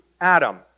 Adam